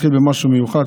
נתחיל במשהו מיוחד,